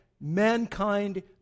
mankind